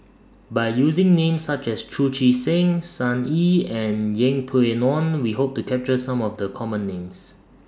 By using Names such as Chu Chee Seng Sun Yee and Yeng Pway Ngon We Hope to capture Some of The Common Names